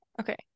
okay